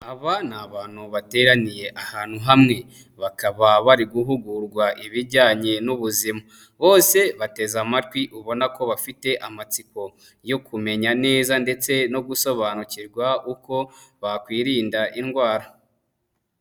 Aba ni abantu bateraniye ahantu hamwe, bakaba bari guhugurwa ibijyanye n'ubuzima, bose bateze amatwi ubona ko bafite amatsiko yo kumenya neza ndetse no gusobanukirwa uko bakwirinda indwara.